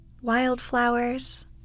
Wildflowers